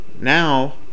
now